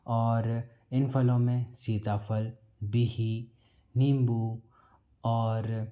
और इन फलों में सीताफल बिहि नीम्बू और